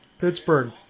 Pittsburgh